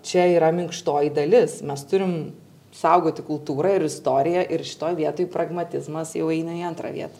čia yra minkštoji dalis mes turim saugoti kultūrą ir istoriją ir šitoj vietoj pragmatizmas jau eina į antrą vietą